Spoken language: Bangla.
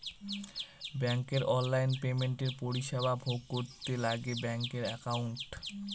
ব্যাঙ্কের অনলাইন পেমেন্টের পরিষেবা ভোগ করতে লাগে ব্যাঙ্কের একাউন্ট